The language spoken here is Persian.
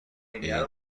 این